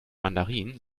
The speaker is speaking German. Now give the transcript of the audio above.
mandarin